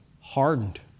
Hardened